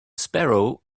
sparrow